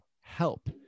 help